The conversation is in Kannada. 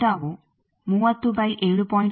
ಆದ್ದರಿಂದ ಲಾಂಬ್ಡಾ ವು 30 ಬೈ 7